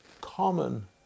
common